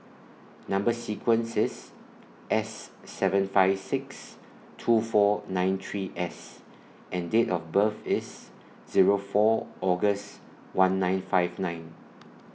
Number sequence IS S seven five six two four nine three S and Date of birth IS Zero four August one nine five nine